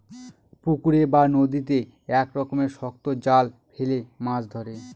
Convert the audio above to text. পুকুরে বা নদীতে এক রকমের শক্ত জাল ফেলে মাছ ধরে